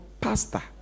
pastor